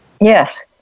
Yes